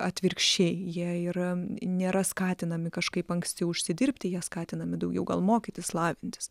atvirkščiai jie ir nėra skatinami kažkaip anksti užsidirbti jie skatinami daugiau gal mokytis lavintis